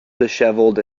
dishevelled